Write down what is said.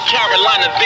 Carolina